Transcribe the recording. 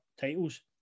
titles